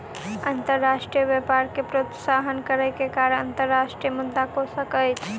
अंतर्राष्ट्रीय व्यापार के प्रोत्साहन करै के कार्य अंतर्राष्ट्रीय मुद्रा कोशक अछि